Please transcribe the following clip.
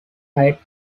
height